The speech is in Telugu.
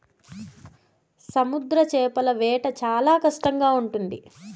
సముద్ర చేపల వేట చాలా కష్టంగా ఉంటుంది